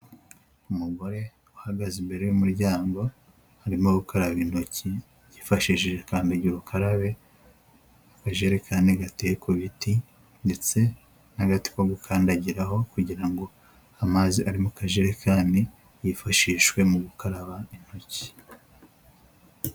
Umugore uhagaze imbere y'umuryango, arimo gukaraba intoki yifashishije kandagira ukarabe, akajerekani gateye ku biti, ndetse n'agati ko gukandagiraho kugira ngo amazi ari mu kajerekani, yifashishwe mu gukaraba intoki.